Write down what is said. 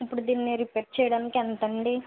ఇప్పుడు దీన్ని రిపేర్ చెయ్యడానికి ఎంత అండి